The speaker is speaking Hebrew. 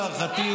להערכתי,